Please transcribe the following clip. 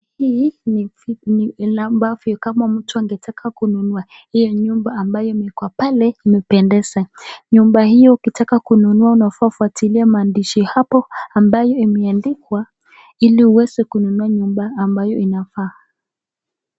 Hii ni ambavyo kama mtu angetaka kununua hiyo nyumba ambayo imeekwa pale inapendeza. Nyumba hiyo ukitaka kununua unafaa kufuatilia maandishi ya hapo ambayo imeandikwa ili uweze kukua nyumba ambayo inafaa.